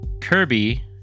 Kirby